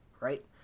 right